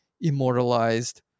immortalized